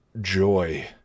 joy